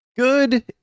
good